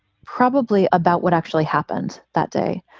probably about what actually happened that day.